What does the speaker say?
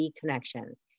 Connections